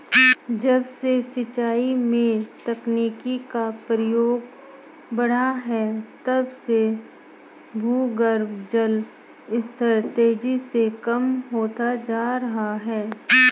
जब से सिंचाई में तकनीकी का प्रयोग बड़ा है तब से भूगर्भ जल स्तर तेजी से कम होता जा रहा है